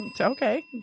Okay